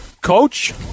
coach